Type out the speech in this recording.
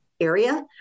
Area